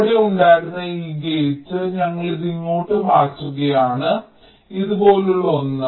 അവിടെ ഉണ്ടായിരുന്ന ഈ ഗേറ്റ് ഞങ്ങൾ ഇത് ഇങ്ങോട്ട് മാറ്റുകയാണ് ഇതുപോലുള്ള ഒന്ന്